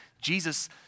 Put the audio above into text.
Jesus